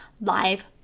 live